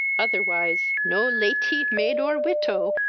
otherwise no laty, maid, or witow,